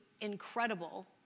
Incredible